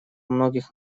многих